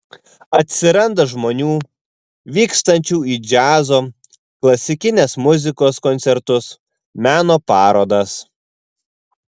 atsiranda žmonių vykstančių į džiazo klasikinės muzikos koncertus meno parodas